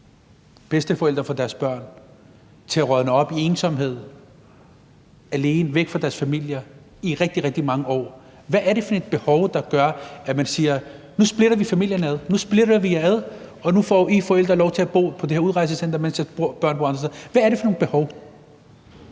bedsteforældre fra deres børn og lade dem rådne op i ensomhed, alene, væk fra deres familier i rigtig, rigtig mange år? Hvad er det for et behov, der er for, at man siger: Nu splitter vi familierne ad, nu splitter vi jer ad, og nu får I forældre lov til at bo på det her udrejsecenter, mens jeres børn bor andre steder? Hvad er det for et behov?